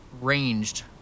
ranged